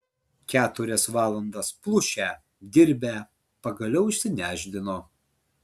keturias valandas plušę dirbę pagaliau išsinešdino